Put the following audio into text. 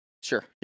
Sure